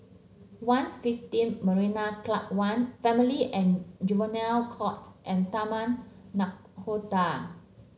One Fifteen Marina Club One Family and Juvenile Court and Taman Nakhoda